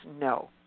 No